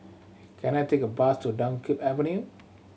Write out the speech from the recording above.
can I take a bus to Dunkirk Avenue